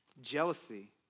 Jealousy